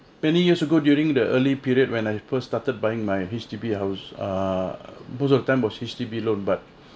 many years ago during the early period when I first started buying my H_D_B house uh both of them was H_D_B loan but